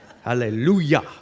Hallelujah